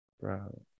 Bro